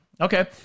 Okay